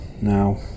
Now